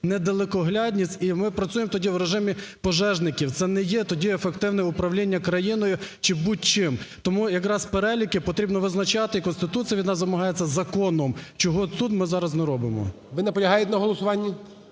недалекоглядність, і ми працюємо тоді в режимі пожежників. Це не є тоді ефективне управління країною чи будь-чим. Тому якраз переліки потрібно визначати, і Конституція від нас вимагає це законом, чого тут ми зараз не робимо. ГОЛОВУЮЧИЙ. Ви наполягаєте на голосуванні?